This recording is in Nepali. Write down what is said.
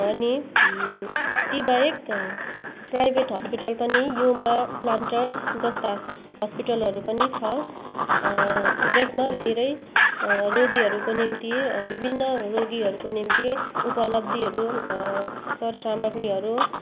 अनि ती बाहेक प्राइभेट हस्पिटल पनि युमा प्लान्टर्स जस्ता हस्पिटलहरू पनि छ जसमा धेरै रोगीहरूको निम्ति विभिन्न रोगीहरूको निम्ति उपलब्धिहरू सर सामाग्रीहरू